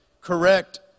Correct